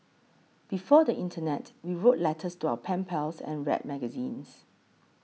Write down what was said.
before the internet we wrote letters to our pen pals and read magazines